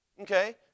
Okay